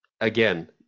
Again